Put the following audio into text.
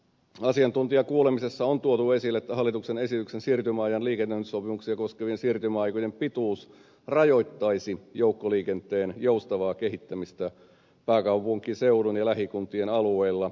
asiantuntijakuulemisessa on tuotu esille että hallituksen esityksen siirtymäajan liikennöintisopimuksia koskevien siirtymäaikojen pituus rajoittaisi joukkoliikenteen joustavaa kehittämistä pääkaupunkiseudun ja lähikuntien alueilla